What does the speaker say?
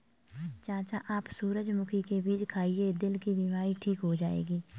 चाचा आप सूरजमुखी के बीज खाइए, दिल की बीमारी ठीक हो जाएगी